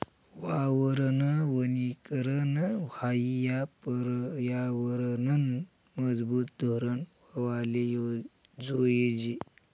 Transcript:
वावरनं वनीकरन हायी या परयावरनंनं मजबूत धोरन व्हवाले जोयजे